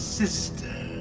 sister